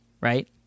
right